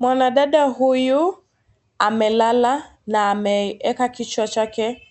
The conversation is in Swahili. Mwanadada huyu amelala na ameweka kichwa chake